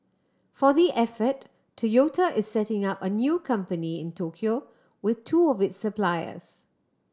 for the effort Toyota is setting up a new company Tokyo with two of its supplier